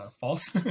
false